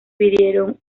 pidieron